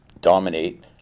dominate